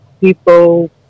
people